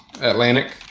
Atlantic